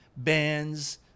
Bands